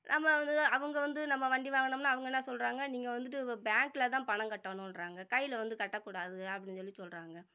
நம்ம வந்து அவங்க வந்து நம்ம வண்டி வாங்குனோம்ன்னால் அவங்க என்ன சொல்கிறாங்க நீங்கள் வந்துட்டு பேங்கில் தான் பணம் கட்டணும்றாங்க கையில் வந்து கட்டக்கூடாது அப்படின்னு சொல்லி சொல்கிறாங்க